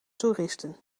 toeristen